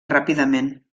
ràpidament